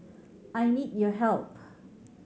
I need your help